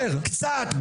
קצת,